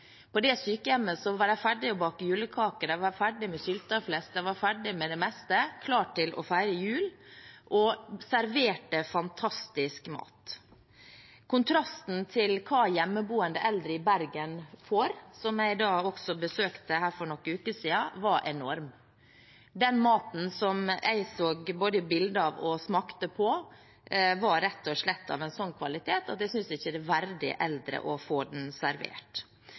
På det sykehjemmet var de ferdig med å bake julekaker, de var ferdig med sylteflesk, de var ferdig med det meste, klar til å feire jul, og de serverte fantastisk mat. Kontrasten til hva hjemmeboende eldre i Bergen får, som jeg også besøkte for noen uker siden, var enorm. Den maten som jeg både så bilde av og smakte på, var rett og slett av en slik kvalitet at jeg synes ikke det er eldre verdig å få den servert.